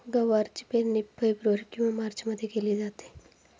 गवारची पेरणी फेब्रुवारी किंवा मार्चमध्ये केली जाते